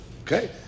Okay